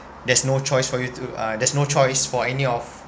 there's no choice for you to uh there's no choice for any of